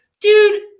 Dude